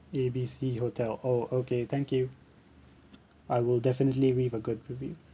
A B C hotel orh okay thank you I will definitely leave a good review